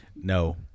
No